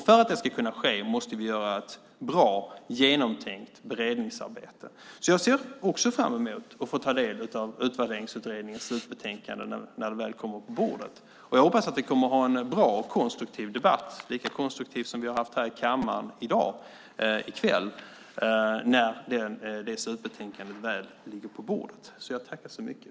För att detta ska kunna ske måste vi göra ett bra och genomtänkt beredningsarbete. Jag ser också fram emot att få ta del av Utvärderingsutredningens slutbetänkande när det väl kommer på bordet. Jag hoppas att vi kommer att ha en bra och konstruktiv debatt, lika konstruktiv som vi har haft i kammaren i kväll, när slutbetänkandet väl ligger på bordet.